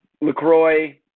LaCroix